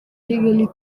kigali